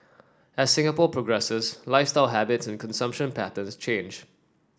as Singapore progresses lifestyle habits and consumption patterns change